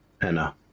Anna